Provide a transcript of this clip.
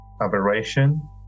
aberration